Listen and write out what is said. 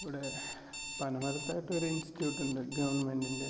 ഇവിടെ പനമരത്തായിട്ടൊരു ഇൻസ്റ്റ്യൂട്ട് ഉണ്ട് ഗവൺമെൻറ്റിൻ്റെ